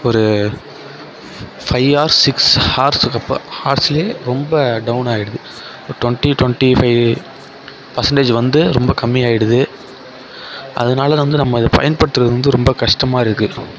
ஒரு five horse six ஹார்ஸ்க்கு ஹார்ஸ்லயே ரொம்ப டவுன் ஆயிடுது டொண்ட்டி டொண்ட்டி ஃபைவ் பர்செண்டேஜ் வந்து ரொம்ப கம்மி ஆயிடுது அதனால வந்து நம்ம அதை பயன்படுத்துகிறது வந்து ரொம்ப கஷ்டமாக இருக்கு